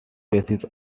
basis